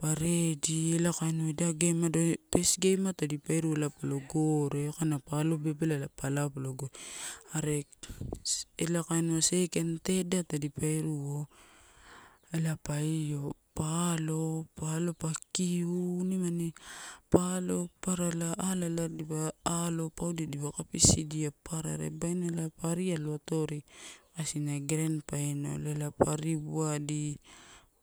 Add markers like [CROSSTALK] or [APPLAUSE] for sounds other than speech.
Pa redi ela kaniuwa ida [UNINTELLIGIBLE] pes game tadipa iruo ela palo gore kaina pa alo bebela pa lao palo gore, are ela kainiuwa second third tadipa iruwo ela pa io pa alo pa kikiu nimani, pa alo papara ela ala dipa alo, taudia elipa kapisidia papara are babaina ela pa arialoatori kasina rand final ela pa ariwawadi.